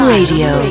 Radio